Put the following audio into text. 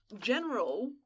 general